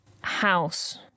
house